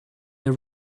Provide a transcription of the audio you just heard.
they